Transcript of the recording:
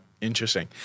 interesting